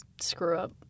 screw-up